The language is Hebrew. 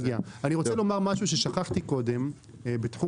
אני רוצה לומר משהו ששכחתי קודם בתחום